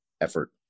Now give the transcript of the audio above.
effort